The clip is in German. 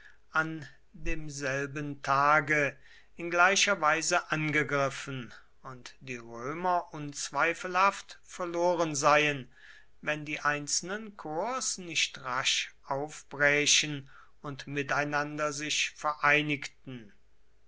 an demselben tage in gleicher weise angegriffen und die römer unzweifelhaft verloren seien wenn die einzelnen korps nicht rasch aufbrächen und miteinander sich vereinigten